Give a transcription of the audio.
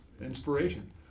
inspiration